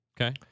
Okay